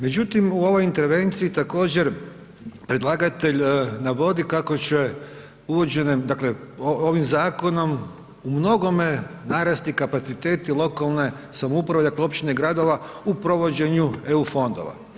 Međutim, u ovoj intervenciji također predlagatelj navodi kako će uvođenjem, dakle ovim zakonom u mnogome narasti kapaciteti lokalne samouprave, dakle općine i gradova u provođenju eu fondova.